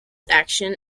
action